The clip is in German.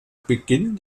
beginn